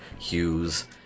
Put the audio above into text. Hughes